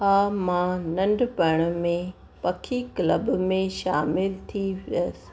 हा मां नंढपण में पखी क्लब में शामिल थी हुअसि